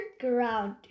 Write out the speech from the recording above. ground